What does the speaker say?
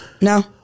No